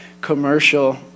commercial